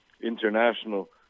international